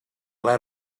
let